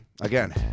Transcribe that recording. again